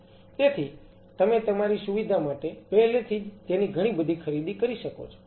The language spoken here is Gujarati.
તેથી તમે તમારી સુવિધા માટે પહેલેથી જ તેની ઘણીબધી ખરીદી કરી શકો છો